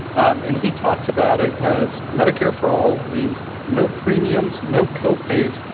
and he talks about it as medicare for all means no premiums, no copays,